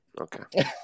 Okay